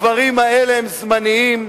הדברים האלה הם זמניים,